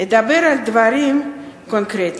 אדבר על דברים קונקרטיים.